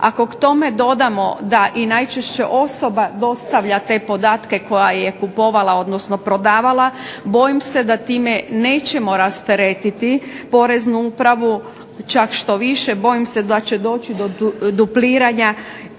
Ako k tome dodamo da i najčešće osoba dostavlja te podatke koja je kupovala, odnosno prodavala, bojim se da time nećemo rasteretiti poreznu upravu, čak štoviše bojim se da će doći do dupliranja,